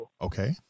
Okay